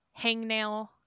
hangnail